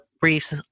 briefs